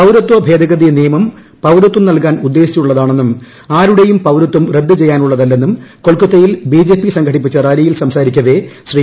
പൌരത്വ ഭേദഗതി നിയമം പൌരത്വം നൽകാൻ ഉദ്ദേശിച്ചുള്ളതാണെന്നും ആരുടെയും പൌരത്വം റദ്ദ് ചെയ്യാനുള്ളതല്ലെന്നും കൊൽക്കത്തയിൽ ബി ജെ പി സംഘടിപ്പിച്ച റാലിയിൽ സംസാരിക്കവെ ശ്രീ